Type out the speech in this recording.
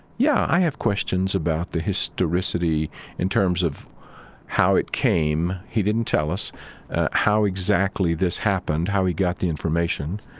yeah, i have questions about the historicity in terms of how it came he didn't tell us how exactly this happened, how he got the information.